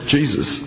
Jesus